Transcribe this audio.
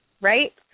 Right